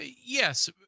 Yes